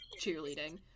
cheerleading